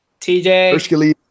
TJ